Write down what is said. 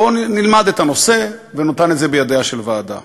בואו נלמד את הנושא, ונתן את זה בידיה של ועדה.